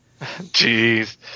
Jeez